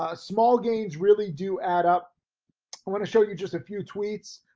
ah small games really do add up. i wanna show you just a few tweets.